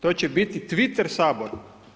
To će biti twiter Sabor.